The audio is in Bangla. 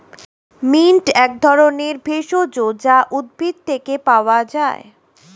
মিন্ট এক ধরনের ভেষজ যা উদ্ভিদ থেকে পাওয় যায়